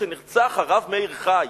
כשנרצח הרב מאיר חי,